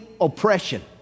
oppression